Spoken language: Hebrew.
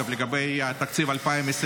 אגב, לגבי תקציב 2025,